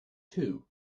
too